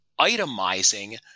itemizing